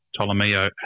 Ptolemyo